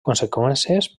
conseqüències